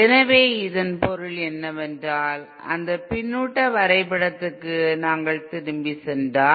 எனவே இதன் பொருள் என்னவென்றால் அந்த பின்னூட்ட வரைபடத்திற்கு நாங்கள் திரும்பிச் சென்றால்